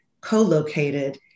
co-located